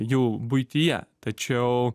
jų buityje tačiau